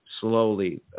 slowly